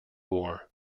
war